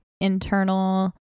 internal